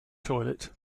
toilet